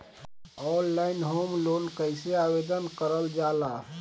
Online home loan कैसे आवेदन करल जा ला?